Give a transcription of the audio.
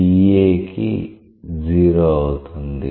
DA కి 0 అవుతుంది